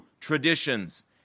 traditions